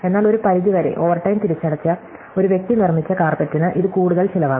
എന്നാൽ ഒരു പരിധി വരെ ഓവർടൈം തിരിച്ചടച്ച ഒരു വ്യക്തി നിർമ്മിച്ച കാര്പെറ്റിനു ഇത് കൂടുതൽ ചിലവാകും